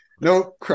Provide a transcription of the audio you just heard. No